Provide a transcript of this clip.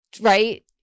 Right